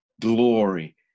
glory